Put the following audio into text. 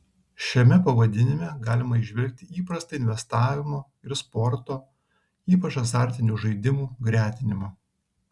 šiame pavadinime galima įžvelgti įprastą investavimo ir sporto ypač azartinių žaidimų gretinimą